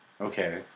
Okay